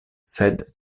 sed